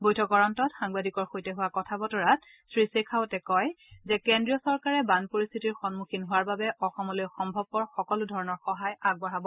বৈঠকৰ অন্তত সাংবাদিকৰ সৈতে হোৱা কথা বতৰাত শ্ৰীশেখাৱতে কয় যে কেন্দ্ৰীয় চৰকাৰে বান পৰিখিতিৰ সন্মুখীন হোৱাৰ বাবে অসমলৈ সম্ভৱপৰ সকলো ধৰণৰ সহায় আগবঢ়াব